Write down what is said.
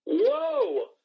Whoa